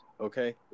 Okay